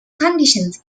conditions